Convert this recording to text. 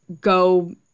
Go